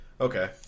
Okay